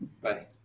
bye